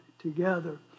Together